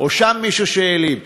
או מישהו שהעליל שם.